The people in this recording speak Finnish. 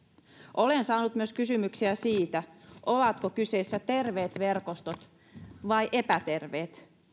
olen saanut myös kysymyksiä siitä ovatko kyseessä terveet verkostot vai epäterveet